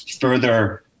further